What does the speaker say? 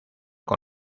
con